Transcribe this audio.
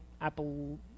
Apple